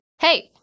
Hey